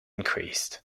increased